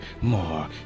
more